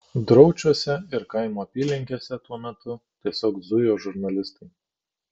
draučiuose ir kaimo apylinkėse tuo metu tiesiog zujo žurnalistai